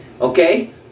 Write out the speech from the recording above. Okay